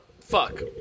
fuck